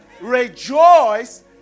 Rejoice